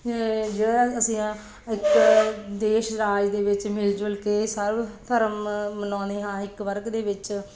ਜਿਹੜਾ ਅਸੀਂ ਦੇਸ਼ ਰਾਜ ਦੇ ਵਿੱਚ ਮਿਲ ਜੁਲ ਕੇ ਸਭ ਧਰਮ ਮਨਾਉਂਦੇ ਹਾਂ ਇੱਕ ਵਰਗ ਦੇ ਵਿੱਚ